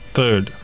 Third